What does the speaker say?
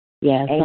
Yes